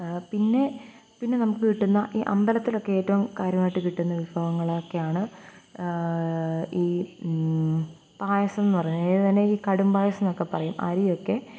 പിന്നെ പിന്നെ നമുക്ക് കിട്ടുന്ന ഈ അമ്പലത്തിലൊക്കെ ഏറ്റവും കാര്യമായിട്ട് കിട്ടുന്ന വിഭവങ്ങളൊക്കെയാണ് ഈ പായസം എന്ന് പറയുന്നെ ഏതാന ഈ കടുമ്പായസമെന്നൊക്കെ പറയും അരിയൊക്കെ